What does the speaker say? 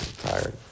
Tired